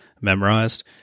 memorized